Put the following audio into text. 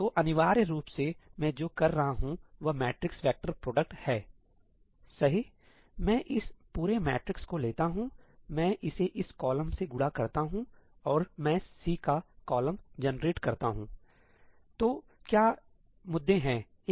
तो अनिवार्य रूप से मैं जो कर रहा हूं वह मैट्रिक्स वेक्टर प्रोडक्ट है सहीमैं इस पूरे मैट्रिक्स को लेता हूंमैं इसे इस कॉलम से गुणा करता हूं और मैं C का कॉलम जनरेट करता हूं तो यहाँ क्या मुद्दे हैं